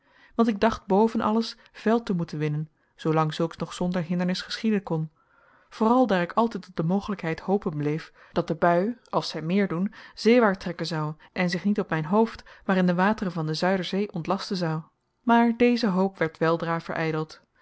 want ik dacht boven alles veld te moeten winnen zoolang zulks nog zonder hindernis geschieden kon vooral daar ik altijd op de mogelijkheid hopen bleef dat de bui als zij meer doen zeewaart trekken zou en zich niet op mijn hoofd maar in de wateren van de zuiderzee ontlasten zou maar deze hoop werd weldra verijdeld